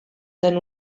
zen